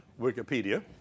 Wikipedia